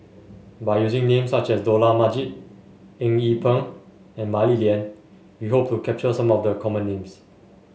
by using names such as Dollah Majid Eng Yee Peng and Mah Li Lian we hope to capture some of the common names